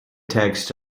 texts